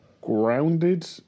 grounded